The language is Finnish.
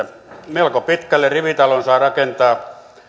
melko pitkälle rivitalon saa rakentaa